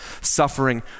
suffering